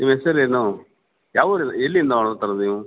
ನಿಮ್ಮ ಹೆಸರೇನು ಯಾವ ಊರು ಎಲ್ಲಿಂದ ನೀವು